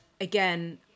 again